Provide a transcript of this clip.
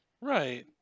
Right